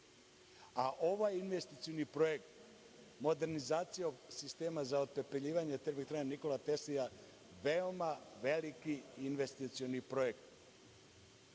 A ovaj investicioni projekat – Modernizacija sistema za otpepeljivanje Termoelektrane „Nikola Tesla“ je veoma veliki investicioni projekat.